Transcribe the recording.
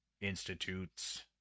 institutes